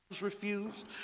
refused